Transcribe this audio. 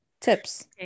tips